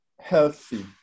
healthy